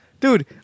Dude